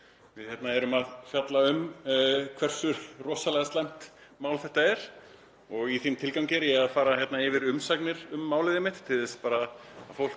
Við erum að fjalla um hversu rosalega slæmt mál þetta er og í þeim tilgangi er ég að fara yfir umsagnir um málið til þess að fólk